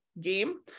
game